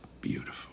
Beautiful